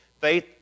Faith